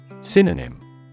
Synonym